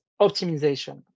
optimization